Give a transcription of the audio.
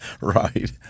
Right